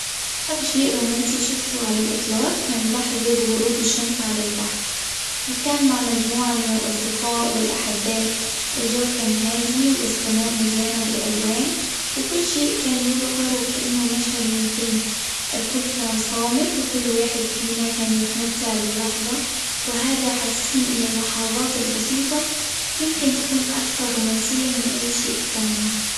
أكثر شيء رومانسي شفته على الإطلاق كان لحظة غروب الشمس على البحر، كان مع مجموعة من الأصدقاء والأحباء الجو كان هادي والسماء مليانة بالألوان، وكل شيء كان يظهر وكأنه مشهد من فيلم، الكل كان صامت وكل واحد فينا كان يتمتع باللحظة وهذا حسسني إن اللحظات البسيطة يمكن تكون أكثر رومانسية من أي شيء ثاني.